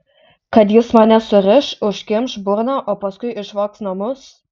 kad jis mane suriš užkimš burną o paskui išvogs namus